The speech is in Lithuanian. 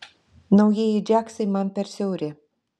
naujieji džiaksai man per siauri